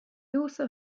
also